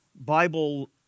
Bible